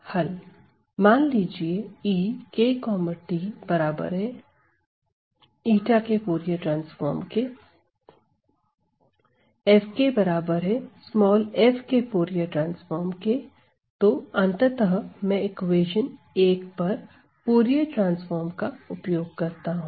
हल मान लीजिए Ek t FT𝜼 F FT तो अंततः मैं इक्वेशन 1 पर फूरिये ट्रांसफार्म का उपयोग करता हूं